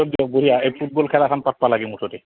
বঢ়িয়া এই ফুটবোল খেলাখন পাতিব লাগে মুঠতে